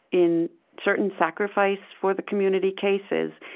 in certain sacrifice-for-the-community cases,